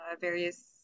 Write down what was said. various